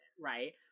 right